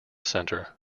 center